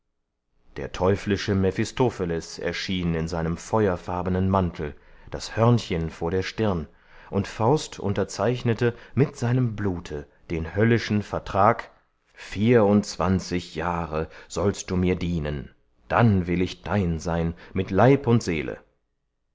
der teuflische mephistopheles erschien in seinem feuerfarbenen mantel das hörnchen vor der stirn und faust unterzeichnete mit seinem blute den höllischen vertrag vierundzwanzig jahre sollst du mir dienen dann will ich dein sein mit leib und seele